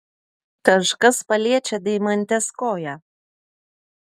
kažkas paliečia deimantės koją